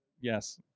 Yes